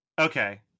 Okay